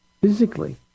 physically